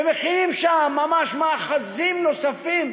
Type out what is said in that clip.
ומכינים שם ממש מאחזים נוספים,